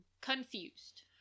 Confused